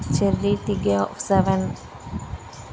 cherry Tiggo seven